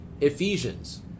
Ephesians